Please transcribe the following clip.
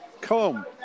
Come